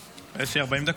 יש לי 40 דקות?